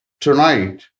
tonight